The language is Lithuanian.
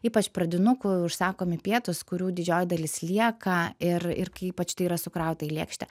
ypač pradinukų užsakomi pietūs kurių didžioji dalis lieka ir ir kai ypač tai yra sukrauta į lėkštę